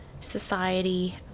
Society